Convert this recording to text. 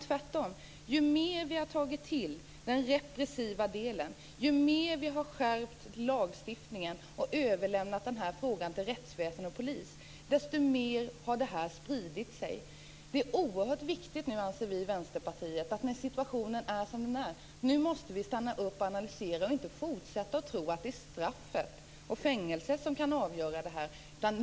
Tvärtom - ju mer vi har tagit till den repressiva delen, ju mer vi har skärpt lagstiftningen och överlämnat frågan till rättsväsende och polis, desto mer har missbruket spridit sig. Det är oerhört viktigt, anser vi i Vänsterpartiet, att när situationen är som den är stanna upp och analysera, inte fortsätta att tro att det är straffet och fängelset som kan avgöra.